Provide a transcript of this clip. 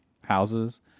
houses